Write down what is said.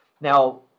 Now